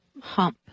hump